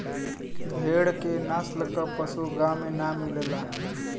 भेड़ के नस्ल क पशु गाँव में ना मिलला